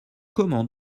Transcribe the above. comment